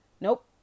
Nope